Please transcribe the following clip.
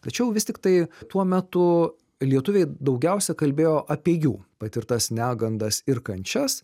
tačiau vis tiktai tuo metu lietuviai daugiausia kalbėjo apie jų patirtas negandas ir kančias